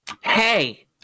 Hey